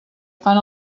fan